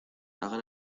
hagan